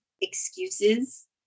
excuses